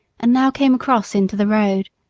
and now came across into the road.